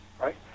right